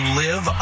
live